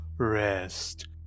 Rest